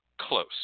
close